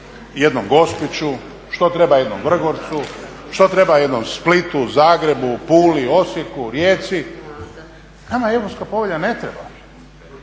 jednom Gospiću, što treba jednom Vrgorcu, što treba jednom Splitu, Zagrebu, Puli, Osijeku, Rijeci, nama Europska povelja ne treba